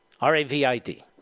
R-A-V-I-D